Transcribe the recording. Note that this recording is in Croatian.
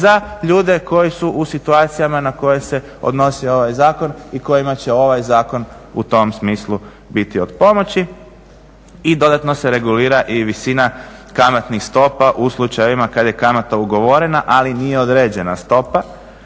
za ljude koji su u situaciji na koje se odnosi ovaj zakon i kojima će ovaj zakon u tom smislu biti od pomoći i dodatno se regulira i visina kamatnih stopa u slučajevima kad je kamata ugovorena, ali nije određena stopa,